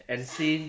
and sing